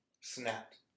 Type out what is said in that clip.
Snapped